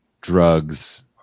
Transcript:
drugs